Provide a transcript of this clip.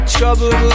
Trouble